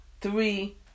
three